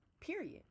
Period